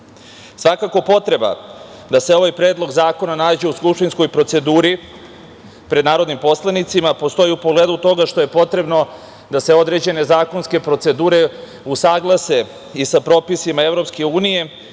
zakona. Svakako, potreba da se ovaj Predlog zakona nađe u skupštinskoj proceduri pred narodnim poslanicima postoji u pogledu toga što je potrebno da se određene zakonske procedure usaglase i sa propisima EU, čime